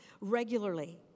regularly